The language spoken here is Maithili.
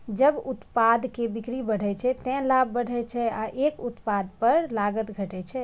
जब उत्पाद के बिक्री बढ़ै छै, ते लाभ बढ़ै छै आ एक उत्पाद पर लागत घटै छै